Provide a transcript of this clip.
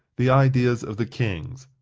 the ideas of the kings,